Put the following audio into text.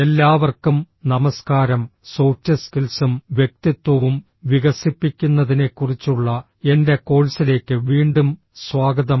എല്ലാവർക്കും നമസ്കാരം സോഫ്റ്റ് സ്കിൽസും വ്യക്തിത്വവും വികസിപ്പിക്കുന്നതിനെക്കുറിച്ചുള്ള എന്റെ കോഴ്സിലേക്ക് വീണ്ടും സ്വാഗതം